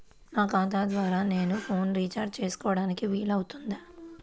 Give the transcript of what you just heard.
నా ఖాతా ద్వారా నేను ఫోన్ రీఛార్జ్ చేసుకోవడానికి వీలు అవుతుందా?